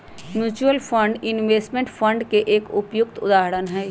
mutual fund investment fund के एक उपयुक्त उदाहरण हई